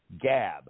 Gab